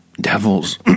devils